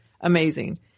amazing